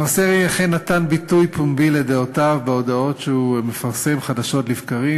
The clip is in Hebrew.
מר סרי אכן נתן ביטוי פומבי לדעותיו בהודעות שהוא מפרסם חדשות לבקרים,